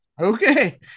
okay